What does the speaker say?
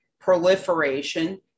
proliferation